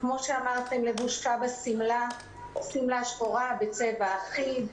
כפי שאמרתם, לבושה בשמלה שחורה בצבע אחיד.